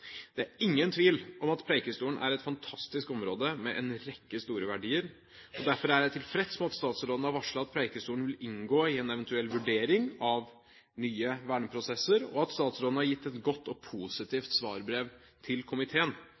Det er ingen tvil om at Preikestolen er et fantastisk område, med en rekke store verdier. Derfor er jeg tilfreds med at statsråden har varslet at Preikestolen vil inngå i en eventuell vurdering av nye verneprosesser, og at statsråden har gitt et godt og positivt svarbrev til komiteen.